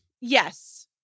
Yes